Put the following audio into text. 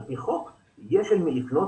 על פי חוק יש אל למי לפנות.